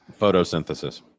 Photosynthesis